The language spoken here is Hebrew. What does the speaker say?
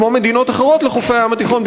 כמו מדינות אחרות לחופי הים התיכון,